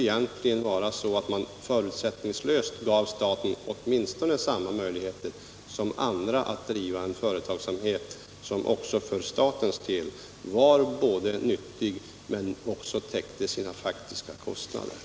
Egentligen borde man förutsättningslöst ge staten samma möjligheter som andra när det gäller att driva en verksamhet; verksamheten borde också för statens del tillåtas vara både nyttig och så ekonomisk att den täcker de faktiska kostnaderna.